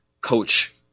Coach